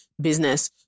business